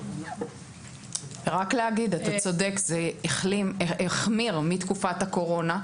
אתה צודק, זה החמיר מתקופת הקורונה.